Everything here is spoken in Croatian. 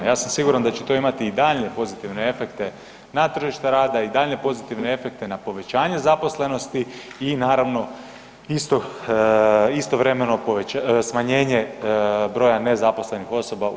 Ja sam siguran da će to imati i daljnje pozitivne efekte na tržište rada i daljnje pozitivne efekte na povećanje zaposlenosti i naravno isto, istovremeno smanjenje broja nezaposlenih osoba u RH.